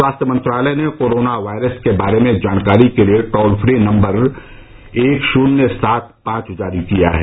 स्वास्थ्य मंत्रालय ने कोरोना वायरस के बारे में जानकारी के लिए टोल फ्री नम्बर एक शून्य सात पांच जारी किया है